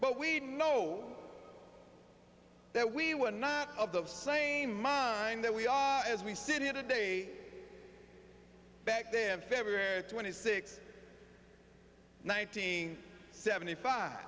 but we know that we were not of the same mind that we are as we sit here today back then february twenty sixth nineteen seventy five